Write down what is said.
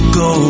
go